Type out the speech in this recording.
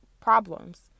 problems